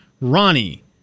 Ronnie